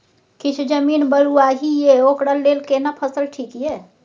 किछ जमीन बलुआही ये ओकरा लेल केना फसल ठीक ये?